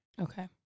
Okay